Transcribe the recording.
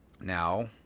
Now